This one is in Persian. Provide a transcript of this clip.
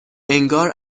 انگار